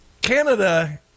Canada